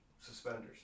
suspenders